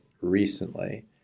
recently